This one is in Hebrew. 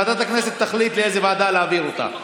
ועדת הכנסת תחליט לאיזו ועדה להעביר אותה.